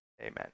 amen